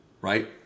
Right